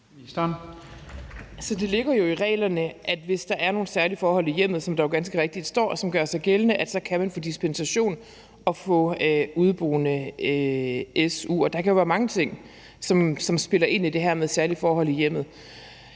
Det ligger jo i reglerne, at hvis der er nogle særlige forhold i hjemmet, som gør sig gældende, som der jo ganske rigtigt står, kan man få dispensation og få su for udeboende, og der kan jo være mange ting, som spiller ind i det her med særlige forhold i hjemmet.